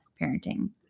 parenting